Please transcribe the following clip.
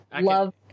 love